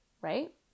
right